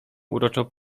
uroczą